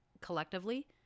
collectively